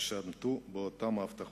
שתעמדו באותן ההבטחות.